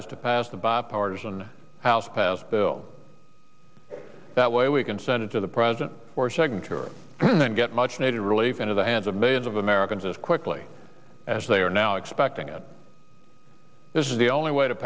is to pass the bipartisan house passed bill that way we can send it to the president or second tour and get much needed relief into the hands of millions of americans as quickly as they are now expecting it this is the only way to